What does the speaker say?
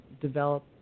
develop